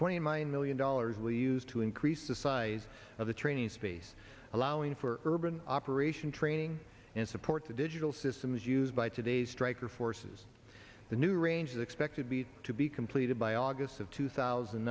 twenty mind million dollars leads to increased the size of the training space allowing for urban operation training and support the digital systems used by today's stryker forces the new range of expected be to be completed by august of two thousand